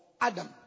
Adam